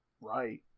right